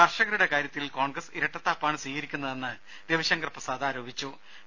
കർഷകരുടെ കാര്യത്തിൽ കോൺഗ്രസ് ഇരട്ടത്താപ്പാണ് സ്വീകരിക്കുന്നതെന്ന് രവിശങ്കർ പ്രസാദ് കുറ്റപ്പെടുത്തി